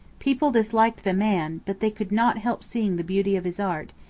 people disliked the man, but they could not help seeing the beauty of his art,